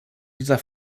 dieser